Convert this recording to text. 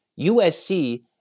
USC